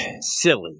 silly